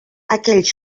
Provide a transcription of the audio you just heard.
aquells